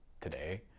today